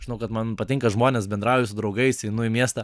žinau kad man patinka žmonės bendrauju su draugais einu į miestą